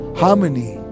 harmony